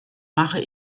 mache